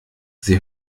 sie